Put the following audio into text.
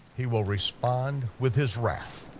he will respond with his wrath,